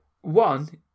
One